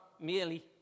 merely